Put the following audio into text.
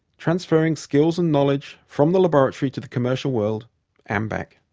transferring skills and knowledge from the laboratory to the commercial world and back.